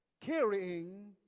carrying